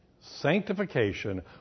Sanctification